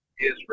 Israel